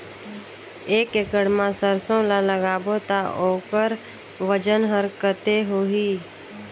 एक एकड़ मा सरसो ला लगाबो ता ओकर वजन हर कते होही?